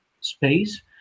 space